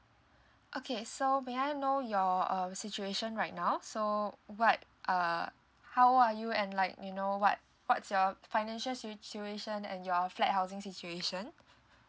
okay so may I know your um situation right now so what uh how old are you and like you know what what's your financial situation and your flat housing situation